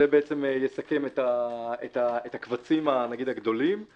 זה יסכם את הקבצים הגדולים, נאמר.